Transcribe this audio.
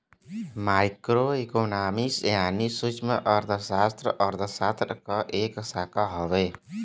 micro economics यानी सूक्ष्मअर्थशास्त्र अर्थशास्त्र क एक शाखा हउवे